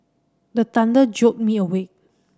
the thunder jolt me awake